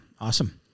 awesome